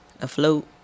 afloat